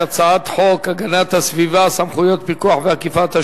הצעת חוק הגנת הסביבה (סמכויות פיקוח ואכיפה),